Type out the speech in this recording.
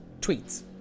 tweets